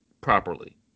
properly